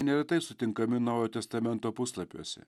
neretai sutinkami naujojo testamento puslapiuose